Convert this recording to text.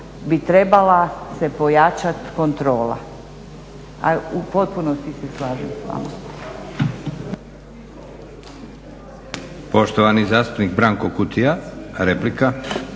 bi trebala se pojačat kontrola. U potpunosti se slažem s vama. **Leko, Josip (SDP)** Poštovani zastupnik Branko Kutija, replika.